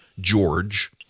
George